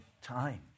time